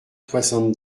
soixante